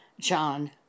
John